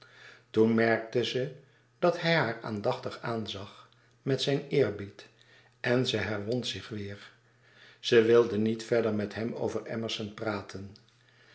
toen merkte ze dat hij haar aandachtig aanzag met zijn eerbied en ze herwon zich weêr ze wilde niet verder met hem over emerson praten